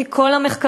לפי כל המחקרים,